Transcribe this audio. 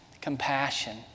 compassion